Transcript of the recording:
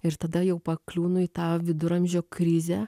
ir tada jau pakliūnu į tą viduramžio krizę